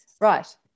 Right